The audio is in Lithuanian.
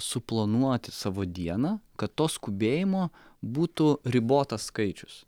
suplanuoti savo dieną kad to skubėjimo būtų ribotas skaičius